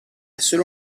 solo